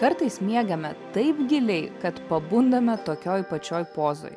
kartais miegame taip giliai kad pabundame tokioj pačioj pozoj